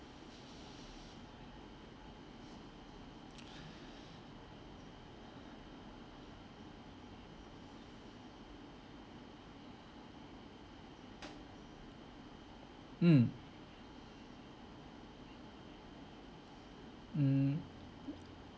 mm mm